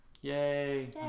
Yay